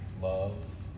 love